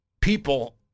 people